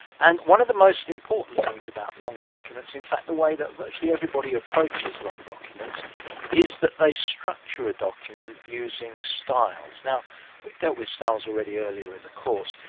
and one of the most important things about long documents, in fact the way that virtually everybody approaches long documents is that they structure a document using styles. now we've dealt with styles already earlier in the course.